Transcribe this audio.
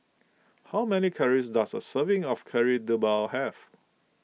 how many calories does a serving of Kari Debal have